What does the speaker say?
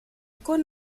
con